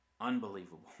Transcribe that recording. Unbelievable